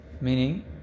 Meaning